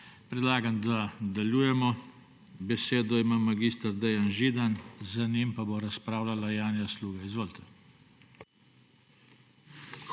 Predlagam, da nadaljujemo. Besedo ima mag. Dejan Židan, za njim bo razpravljala Janja Sluga. Izvolite.